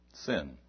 Sin